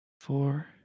Four